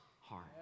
heart